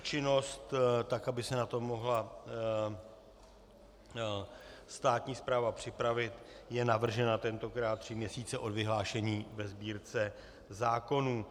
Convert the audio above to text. Účinnost, aby se na to mohla státní správa připravit, je navržena tentokrát tři měsíce od vyhlášení ve Sbírce zákonů.